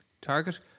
target